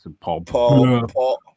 Paul